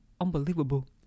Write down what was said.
unbelievable